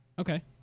Okay